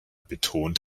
betont